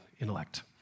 intellect